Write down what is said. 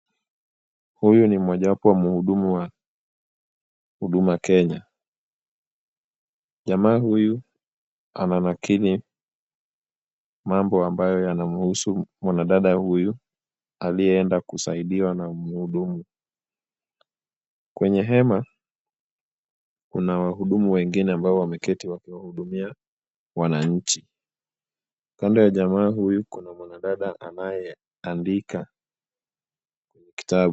Huyu ni mmoja wapo wa mhudumu wa Huduma Kenya. Jamaa huyu ananakili mambo ambayo yanamhusu mwanadada huyu aliyeenda kusaidiwa na mhudumu. Kwenye hema, kuna wahudumu wengine ambao wameketi wakiwahudumia wananchi. Kando ya jamaa huyu kuna mwanadada anayeandika kitabu.